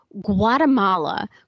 Guatemala